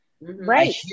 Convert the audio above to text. right